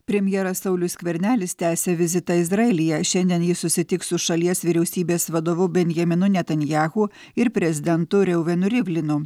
premjeras saulius skvernelis tęsia vizitą izraelyje šiandien jis susitiks su šalies vyriausybės vadovu benjaminu netanjahu ir prezidentu reuvenu rivlinu